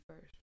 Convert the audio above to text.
first